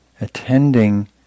attending